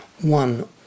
One